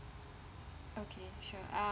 okay sure uh